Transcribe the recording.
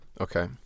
Okay